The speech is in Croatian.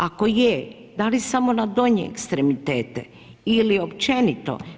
Ako je da li samo na donje ekstremitete ili općenito.